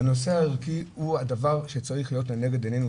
הנושא הערכי הוא הדבר שצריך להיות לנגד ענינו,